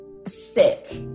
sick